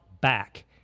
back